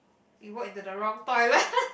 you walk into the wrong toilet